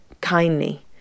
kindly